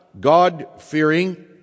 God-fearing